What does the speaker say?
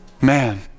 man